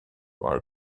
our